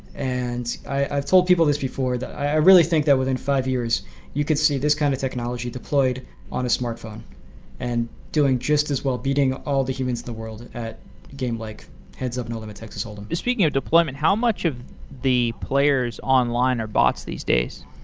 and i've told people this before, that i really think that within five years you could see this kind of technology deployed on a smartphone and doing just as well beating all the humans of the world at a game like heads-up no limit texas hold em speaking of deployment, how much of the players online are bots these days?